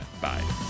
Bye